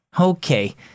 Okay